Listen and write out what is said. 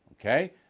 Okay